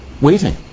Waiting